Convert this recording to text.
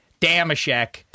Damashek